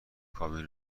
کابین